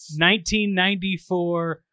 1994